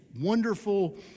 wonderful